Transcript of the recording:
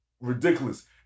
ridiculous